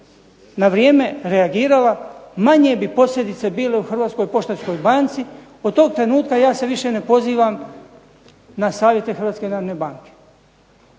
na vrijeme reagirala, manje bi posljedice bile u Hrvatskoj poštanskoj banci. Od toga trenutka ja se više ne pozivam na savjete Hrvatske narodne banke.